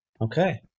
Okay